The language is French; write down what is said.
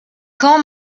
quand